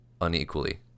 unequally